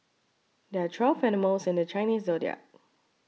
there are twelve animals in the Chinese zodiac